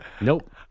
Nope